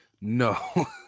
No